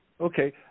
Okay